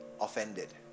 offended